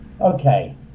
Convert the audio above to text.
Okay